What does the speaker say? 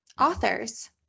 authors